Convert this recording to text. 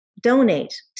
donate